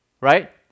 right